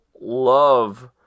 love